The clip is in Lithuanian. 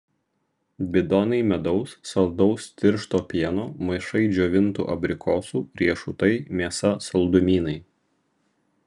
bidonai medaus saldaus tiršto pieno maišai džiovintų abrikosų riešutai mėsa saldumynai